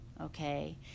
Okay